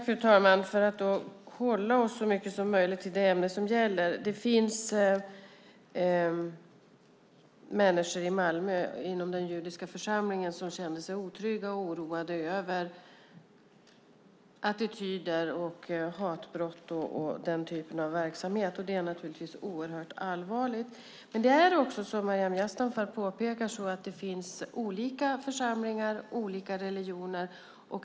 Fru talman! För att så mycket som möjligt hålla oss till ämnet: Det finns människor inom den judiska församlingen i Malmö som känner sig otrygga och oroade över attityder, hatbrott och den typen av verksamhet, och det är naturligtvis oerhört allvarligt. Men det finns också som Maryam Yazdanfar påpekar olika församlingar och olika religioner.